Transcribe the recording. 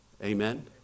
Amen